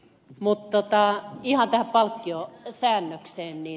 mutta tähän palkkiosäännökseen